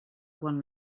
quan